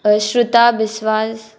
श्रुता विस्वास